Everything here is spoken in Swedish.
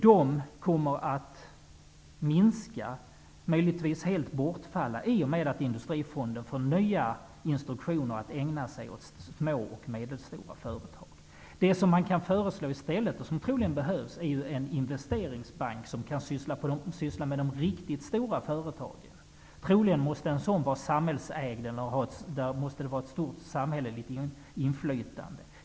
De kommer att minska och möjligtvis helt bortfalla i och med Industrifonden får nya instruktioner att ägna sig åt små och medelstora företag. Det man i stället kan föreslå, och som troligtvis behövs, är en investeringsbank som kan arbeta med de riktigt stora företagen. Troligen måste en sådan bank vara samhällsägd, eller annars måste det finnas ett stort samhälleligt inflytande.